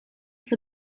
was